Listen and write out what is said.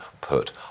put